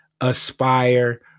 aspire